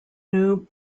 new